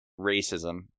racism